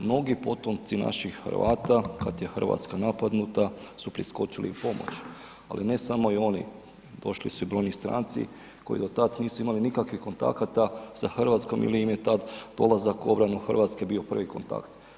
Mnogi potomci naših Hrvata kad je Hrvatska napadnuta su priskočili u pomoć, ali ne samo i oni, došli su i brojni stranci koji do tad nisu imali nikakvih kontakata sa Hrvatskom ili im je tad dolazak u obranu Hrvatske bio prvi kontakt.